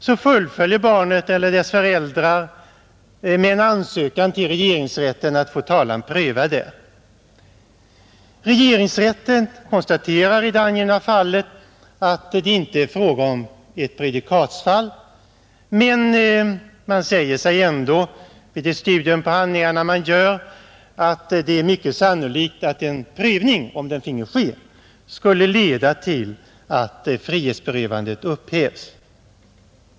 Så fullföljer barnet eller dess föräldrar med en ansökan till regeringsrätten att få talan prövad där. Regeringsrätten konstaterar i det angivna fallet att det inte är fråga om ett prejudikatsfall men säger sig ändå vid studium av handlingarna att det är sannolikt att en prövning, om den finge ske, skulle leda till att frihetsberövandet upphävs.